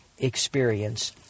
experience